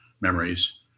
memories